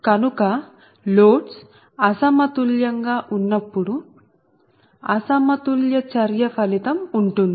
కనుక లోడ్స్ అసమతుల్యంగా ఉన్నప్పుడు అసమతుల్య చర్య ఫలితం ఉంటుంది